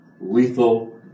lethal